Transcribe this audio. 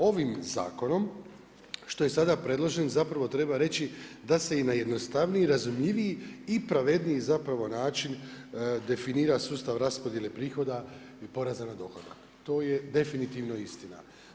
Ovim zakonom što je sada predložen treba reći da se i na jednostavniji i razumljiviji i pravedniji način definira sustav raspodjele prihoda i poreza na dohodak, to je definitivno istina.